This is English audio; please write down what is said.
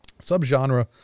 subgenre